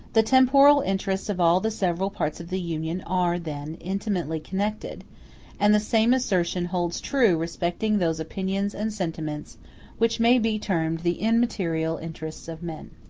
the temporal interests of all the several parts of the union are, then, intimately connected and the same assertion holds true respecting those opinions and sentiments which may be termed the immaterial interests of men.